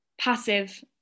passive